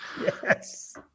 Yes